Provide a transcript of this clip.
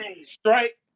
strike